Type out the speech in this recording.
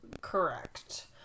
Correct